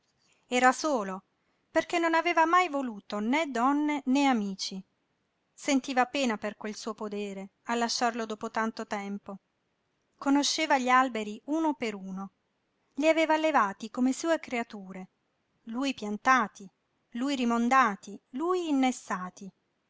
era solo perché non aveva mai voluto né donne né amici sentiva pena per quel suo podere a lasciarlo dopo tanto tempo conosceva gli alberi uno per uno li aveva allevati come sue creature lui piantati lui rimondati lui innestati